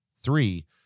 Three